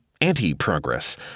anti-progress